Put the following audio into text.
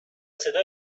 صدا